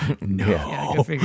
No